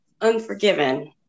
unforgiven